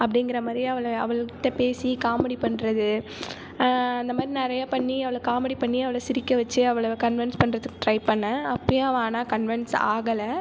அப்படிங்கிறமாரி அவளை அவளிடம் பேசி காமெடி பண்ணுறது அந்தமாதிரி நிறைய பண்ணி அவளை காமெடி பண்ணி அவளை சிரிக்க வச்சு அவளை கன்விண்ஸ் பண்ணுறதுக்கு ட்ரை பண்ணேன் அப்போயும் அவள் ஆனால் கன்விண்ஸ் ஆகலை